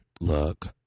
look